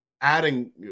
Adding